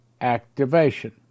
activation